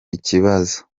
ikibazo